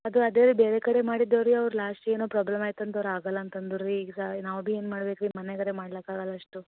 ಅದು ಅದೇ ಬೇರೆ ಕಡೆ ಮಾಡಿದ್ದವು ರೀ ಅವ್ರು ಲಾಸ್ಟಿಗೆ ಏನೋ ಪ್ರಾಬ್ಲಮ್ ಆಯ್ತು ಅಂದು ಅವ್ರು ಆಗಲ್ಲ ಅಂತ ಅಂದುರು ರೀ ಈಗ ನಾವು ಬಿ ಏನು ಮಾಡ್ಬೇಕು ರೀ ಮನೆಗರೆ ಮಾಡ್ಲಕೆ ಆಗಲ್ಲ ಅಷ್ಟು